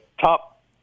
top